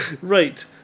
Right